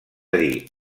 dir